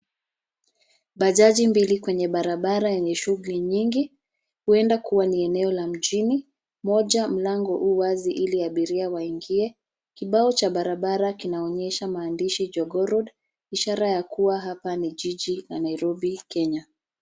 Bajaji mbili kwenye barabara yenye shughuli nyingi. Huenda kuwa eneo la mjini, moja mlango uwazi ili abiria waingie. Kibao cha barabara kinaoonyesha maandishi, Jogoo Road ishara ya kuwa hapa ni jiji la Nairobi, Kenya